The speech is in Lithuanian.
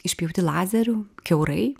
išpjauti lazeriu kiaurai